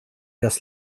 das